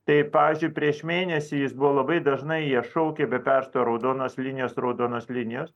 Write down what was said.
tai pavyzdžiui prieš mėnesį jis buvo labai dažnai jie šaukė be perstojo raudonos linijos raudonos linijos